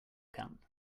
camp